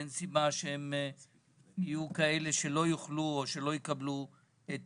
אין סיבה שהם יהיו כאלה שלא יוכלו או שלא יקבלו את